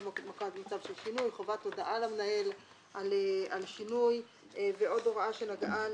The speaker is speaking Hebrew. חובת הודעה למנהל על שינוי ועוד הוראה שנגעה